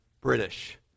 British